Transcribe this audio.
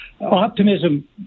optimism